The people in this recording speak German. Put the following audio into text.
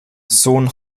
sohn